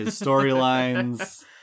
storylines